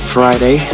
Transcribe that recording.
Friday